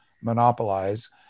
monopolize